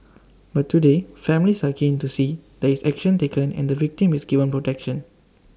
but today families are keen to see there is action taken and the victim is given protection